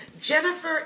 Jennifer